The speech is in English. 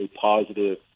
positive